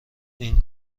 این